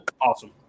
Awesome